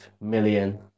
million